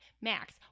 Max